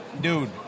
Dude